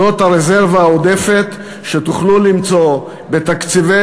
זאת הרזרבה העודפת שתוכלו למצוא בתקציבי